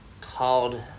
called